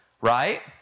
right